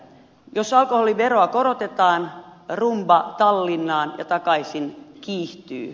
jos alkoholiveroa korotetaan rumba tallinnaan ja takaisin kiihtyy